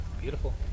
Beautiful